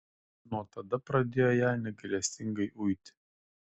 nuo tada pradėjo ją negailestingai uiti